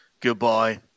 goodbye